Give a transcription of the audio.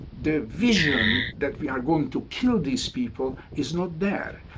the vision that we are going to kill these people is not there.